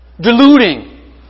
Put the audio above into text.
Deluding